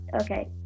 Okay